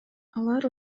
алар